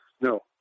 no